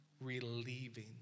relieving